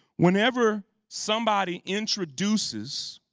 whenever somebody introduces